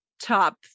top